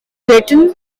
written